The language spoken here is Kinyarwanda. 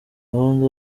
gahunda